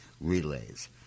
relays